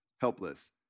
helpless